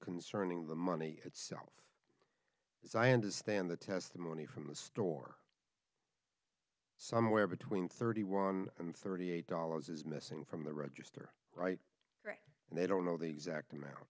concerning the money itself as i understand the testimony from the store somewhere between thirty one and thirty eight dollars is missing from the register right and they don't know the exact amount